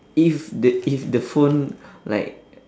if the if the phone like